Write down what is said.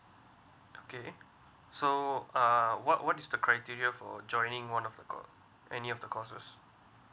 okay so uh what what is the criteria for joining one of the course any of the courses